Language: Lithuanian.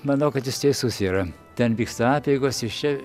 manau kad jis teisus yra ten vyksta apeigos iš čia